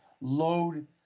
load